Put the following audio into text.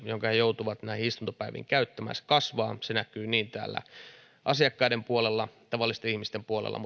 jonka ihmiset joutuvat näihin istuntopäiviin käyttämään se näkyy niin täällä asiakkaiden puolella tavallisten ihmisten puolella